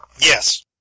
Yes